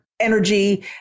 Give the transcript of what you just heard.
energy